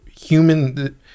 human